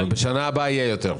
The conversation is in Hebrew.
בשנה הבאה יהיה יותר.